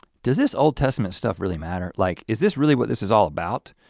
does this old testament stuff really matter? like is this really what this is all about?